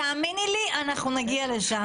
תאמיני לי שאנחנו נגיע ליבוא.